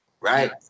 right